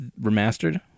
Remastered